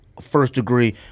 first-degree